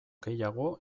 gehiago